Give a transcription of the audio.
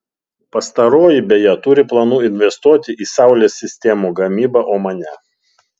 pastaroji beje turi planų investuoti į saulės sistemų gamybą omane